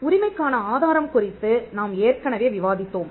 உரிமைக்கான ஆதாரம் குறித்து நாம் ஏற்கனவே விவாதித்தோம்